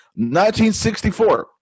1964